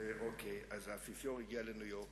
השר איתן,